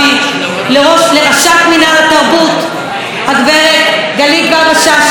ולראשת מינהל התרבות גב' גלית והבה-שאשו,